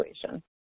situation